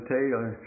Taylor